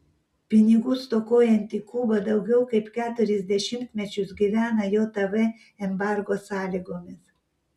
pinigų stokojanti kuba daugiau kaip keturis dešimtmečius gyvena jav embargo sąlygomis